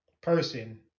person